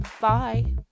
Bye